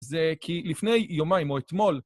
זה כי לפני יומיים או אתמול...